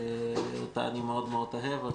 ואותה אני מאוד אוהב.